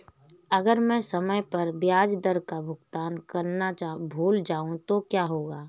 अगर मैं समय पर ब्याज का भुगतान करना भूल जाऊं तो क्या होगा?